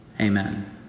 Amen